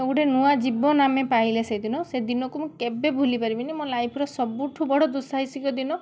ତ ଗୋଟେ ନୂଆଁ ଜୀବନ ଆମେ ପାଇଲେ ସେଦିନ ସେ ଦିନକୁ ମୁଁ କେବେ ଭୁଲି ପାରିବିନି ମୋ ଲାଇଫ୍ର ସବୁଠୁ ବଡ଼ ଦୁଃସାହସିକ ଦିନ